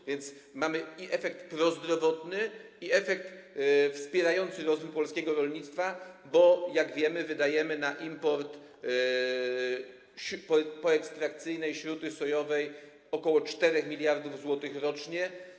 A więc mamy i efekt prozdrowotny, i efekt wspierający rozwój polskiego rolnictwa, bo jak wiemy, wydajemy na import poekstrakcyjnej śruty sojowej ok. 4 mld zł rocznie.